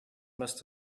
must